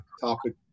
topic